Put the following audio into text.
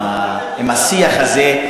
עם השיח הזה,